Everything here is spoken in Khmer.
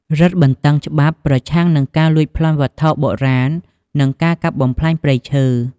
រឹតបន្តឹងច្បាប់ប្រឆាំងនឹងការលួចប្លន់វត្ថុបុរាណ និងការកាប់បំផ្លាញព្រៃឈើ។